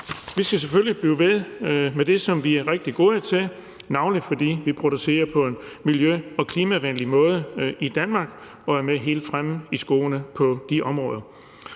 Vi skal selvfølgelig blive ved med det, som vi er rigtig gode til, navnlig fordi vi producerer på en miljø- og klimavenlig måde i Danmark og er med helt fremme i skoene på de områder.